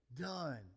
done